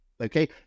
okay